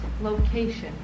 location